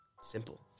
Simple